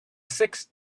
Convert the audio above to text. sixth